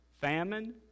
famine